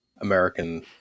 American